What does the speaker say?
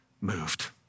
moved